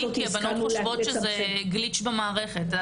כי הבנות חושבות זה גליץ' במערכת.